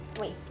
wait